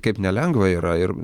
kaip nelengva yra ir